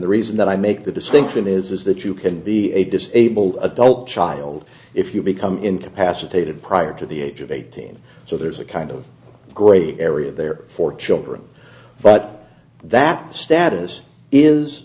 the reason that i make the distinction is that you can be a disabled adult child if you become incapacitated prior to the age of eighteen so there's a kind of gray area there for children but that status is